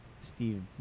Steve